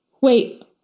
Wait